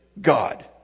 God